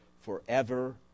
forever